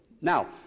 Now